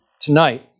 tonight